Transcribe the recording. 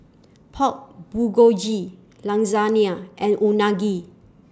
Pork Bulgogi Lasagna and Unagi